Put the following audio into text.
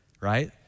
right